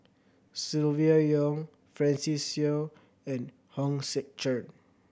Silvia Yong Francis Seow and Hong Sek Chern